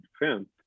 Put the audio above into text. Defense